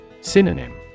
Synonym